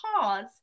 pause